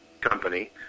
Company